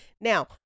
Now